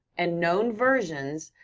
and known versions,